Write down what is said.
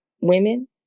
women